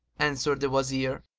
answered the wazir,